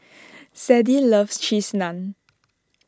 Sadie loves Cheese Naan